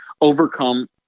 overcome